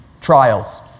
trials